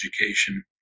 education